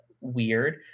weird